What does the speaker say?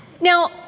Now